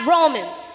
Romans